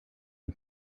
het